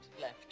left